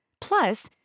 Plus